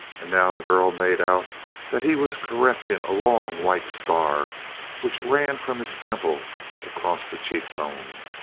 and now the girl made out that he was caressing a long, white scar which ran from his temple across the cheekbone.